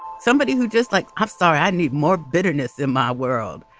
somebody who, just like huffstodt, i'd need more bitterness in my world.